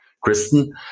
Kristen